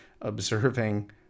observing